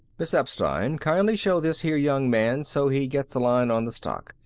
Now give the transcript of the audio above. miss epstein, kindly show this here young man so he gets a line on the stock.